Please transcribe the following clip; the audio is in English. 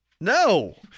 No